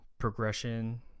progression